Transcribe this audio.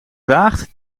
waagt